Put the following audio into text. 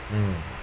mm